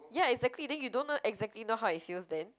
ya exactly then you don't know exactly know how it feels then